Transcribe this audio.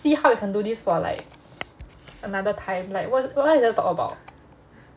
see how we can do this for like another time like what is there to talk about